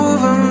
Over